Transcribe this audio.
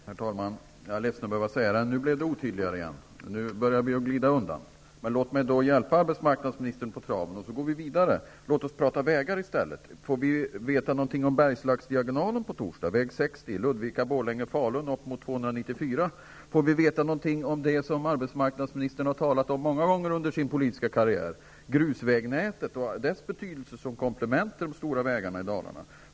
Herr talman! Jag är ledsen att behöva säga det, men nu blev det otydligare igen. Arbetsmarknadsministern började glida undan. Men låt mig hjälpa arbetsmarknadsministern på traven, så att vi kan gå vidare. Vi kan tala om vägar i stället. Får vi veta någonting om Berslagsdiagonalen på torsdag, om väg 60 Ludvika--Borlänge--Falun norröver till väg 294? Får vi veta någonting om det som arbetsmarknadsministern många gånger har talat om under sin politiska karriär, nämligen om grusvägnätet och dess betydelse som komplement till de stora vägarna i Dalarna?